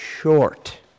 short